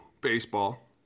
baseball